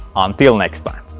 until next time!